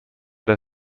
der